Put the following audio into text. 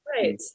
Right